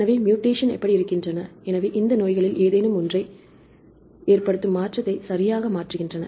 எனவே மூடேஷன் எப்படி இருக்கின்றன அவை இந்த நோய்களில் ஏதேனும் ஒன்றை ஏற்படுத்தும் மாற்றத்தை சரியாக மாற்றுகின்றன